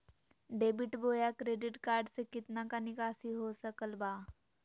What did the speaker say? Debit बोया credit card से कितना का निकासी हो सकल बा?